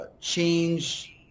change